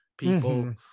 People